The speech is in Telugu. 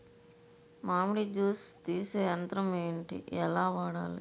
మామిడి జూస్ తీసే యంత్రం ఏంటి? ఎలా వాడాలి?